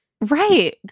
right